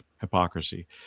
hypocrisy